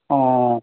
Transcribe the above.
অঁ